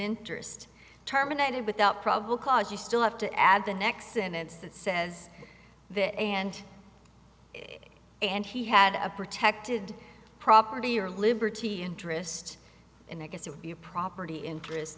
interest terminated without probable cause you still have to add the next sentence that says that and and he had a protected property or liberty interest in it has to be a property interest